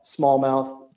smallmouth